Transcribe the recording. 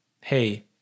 hey